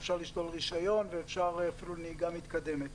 אפשר לשלול רישיון ואפשר אפילו נהיגה מתקדמת.